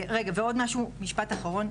עוד משפט אחרון.